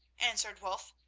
answered wulf.